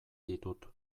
ditut